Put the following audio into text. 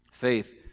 Faith